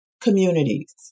communities